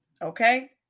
Okay